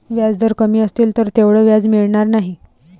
व्याजदर कमी असतील तर तेवढं व्याज मिळणार नाही